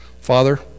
father